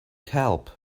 help